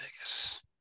Vegas